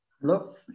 Hello